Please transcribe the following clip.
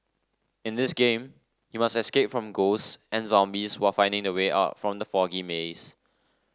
in this game you must escape from ghosts and zombies while finding the way out from the foggy maze